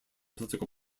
political